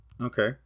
Okay